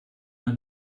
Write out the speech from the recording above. man